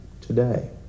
today